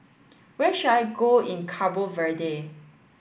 where should I go in Cabo Verde